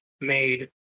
made